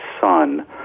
son